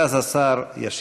ואז השר ישיב.